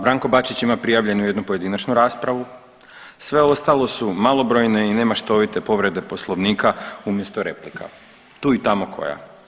Branko Bačić ima prijavljenu jednu pojedinačnu raspravu, sve ostalo su malobrojne i nemaštovite povrede Poslovnika umjesto replika, tu i tamo koja.